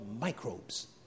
microbes